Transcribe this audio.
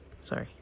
Sorry